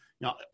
Now